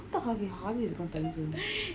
entah hari-hari dekat Timezone